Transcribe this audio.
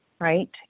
right